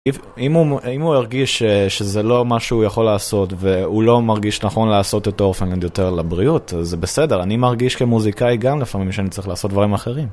אם הוא הרגיש שזה לא מה שהוא יכול לעשות והוא לא מרגיש נכון לעשות אותו אופן יותר לבריאות, זה בסדר, אני מרגיש כמוזיקאי גם לפעמים כשאני צריך לעשות דברים אחרים.